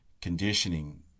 conditioning